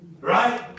Right